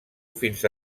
fins